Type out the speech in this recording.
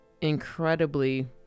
incredibly